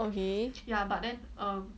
okay